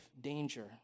danger